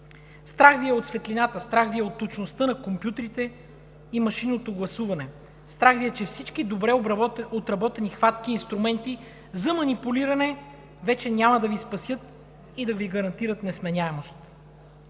Страх Ви е от светлината, страх Ви е от точността на компютрите и машинното гласуване. Страх Ви е, че всички добре отработени хватки и инструменти за манипулиране вече няма да Ви спасят и да Ви гарантират несменяемост.